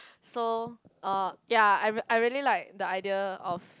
so uh ya I I really like the idea of